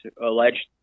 alleged